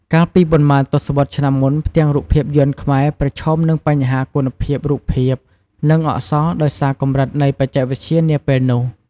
កាលពីប៉ុន្មានទសវត្សរ៍ឆ្នាំមុន ផ្ទាំងរូបភាពយន្តខ្មែរប្រឈមនឹងបញ្ហាគុណភាពរូបភាព និងអក្សរដោយសារកម្រិតនៃបច្ចេកវិទ្យានាពេលនោះ ។